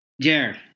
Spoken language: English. Jared